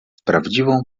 prawdziwą